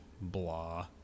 blah